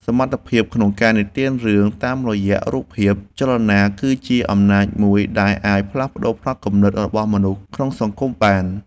សមត្ថភាពក្នុងការនិទានរឿងតាមរយៈរូបភាពចលនាគឺជាអំណាចមួយដែលអាចផ្លាស់ប្តូរផ្នត់គំនិតរបស់មនុស្សក្នុងសង្គមបាន។